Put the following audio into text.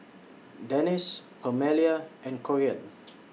Denis Permelia and Corean